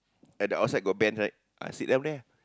at the outside got bench right ah sit down there ah